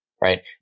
right